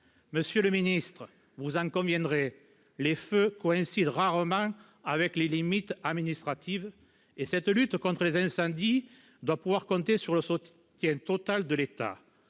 Monsieur le ministre, vous conviendrez que les feux coïncident rarement avec les limites administratives ; la lutte contre les incendies doit donc pouvoir compter sur le soutien total de l'État.